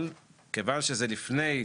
אבל, כיוון שזה לפני,